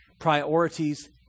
priorities